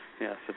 Yes